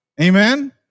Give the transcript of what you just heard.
Amen